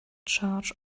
charge